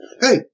hey